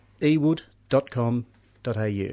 ewood.com.au